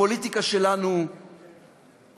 הפוליטיקה שלנו חולה.